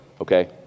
okay